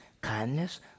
kindness